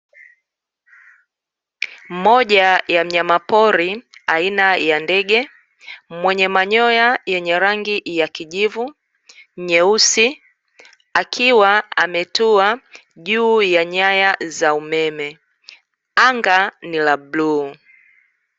Moja ya mnyamapori aina ya ndege, mwenye manyoya yenye rangi ya kijivu, nyeusi, akiwa ametua juu ya nyaya za umeme, anga ni la bluu.